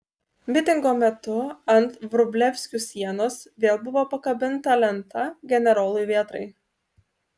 mitingo metu ant vrublevskių sienos vėl buvo pakabinta lenta generolui vėtrai